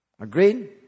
Agreed